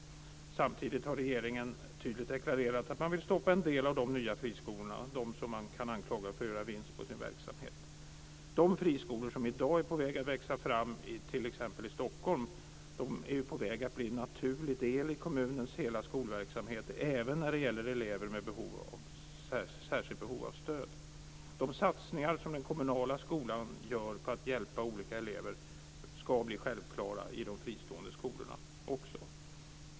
Samtidigt har regeringen tydligt deklarerat att man vill stoppa en del av de nya friskolorna, dem som man kan anklaga för att göra vinst på sin verksamhet. De friskolor som i dag är på väg att växa fram t.ex. i Stockholm är på väg att bli en naturlig del i kommunens hela skolverksamhet, även när det gäller elever med särskilt behov av stöd. De satsningar som den kommunala skolan gör på att hjälpa olika elever ska bli självklara också i de fristående skolorna.